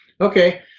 Okay